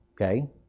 Okay